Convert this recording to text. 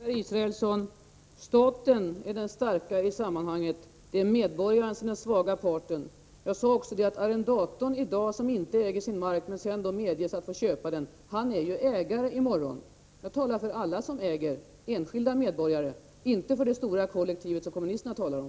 Herr talman! Staten är den starkare i sammanhanget. Det är medborgarna som är den svaga parten. Jag sade också att arrendatorn som i dag inte äger sin mark men som medges att få köpa den ju är ägare i morgon. Jag talar för alla som äger, enskilda medborgare, inte för det stora kollektivet som kommunisterna talar om.